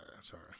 Sorry